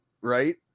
right